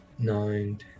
Nine